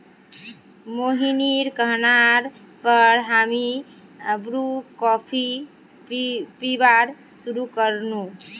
मोहिनीर कहना पर हामी ब्रू कॉफी पीबार शुरू कर नु